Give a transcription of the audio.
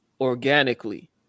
Organically